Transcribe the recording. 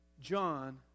John